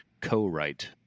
co-write